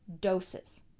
doses